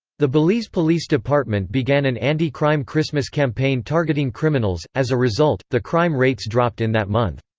the belize police department began an anti-crime christmas campaign targeting criminals as a result, the crime rates dropped in that month.